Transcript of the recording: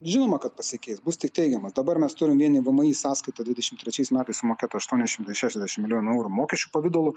žinoma kad pasikeis bus tik teigiamas dabar mes turim vien į vmi sąskaitą dvidešimt trečiais metais sumokėtų aštuoni šimtai šešiasdešimt milijonų eurų mokesčių pavidalu